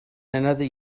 another